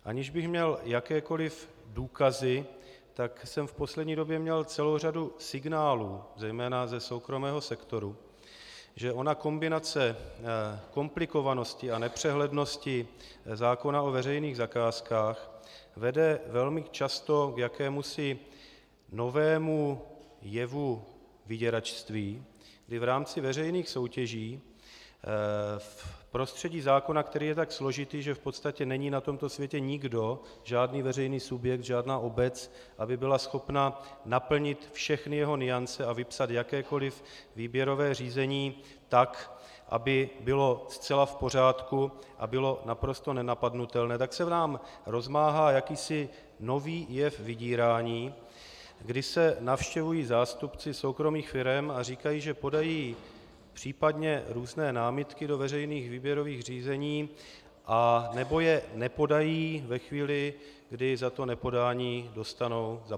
Aniž bych měl jakékoliv důkazy, tak jsem v poslední době měl celou řadu signálů, zejména ze soukromého sektoru, že ona kombinace komplikovanosti a nepřehlednosti zákona o veřejných zakázkách vede velmi často k jakémusi novému jevu vyděračství, kdy v rámci veřejných soutěží v prostředí zákona, který je tak složitý, že v podstatě není na tomto světě nikdo, žádný veřejný subjekt, žádná obec, aby byla schopna naplnit všechny jeho nuance a vypsat jakékoliv výběrové řízení tak, aby bylo zcela v pořádku a bylo naprosto nenapadnutelné, tak se nám rozmáhá jakýsi nový jev vydírání, kdy se navštěvují zástupci soukromých firem a říkají, že podají případně různé námitky do veřejných výběrových řízení, anebo je nepodají ve chvíli, kdy za to nepodání dostanou zaplaceno.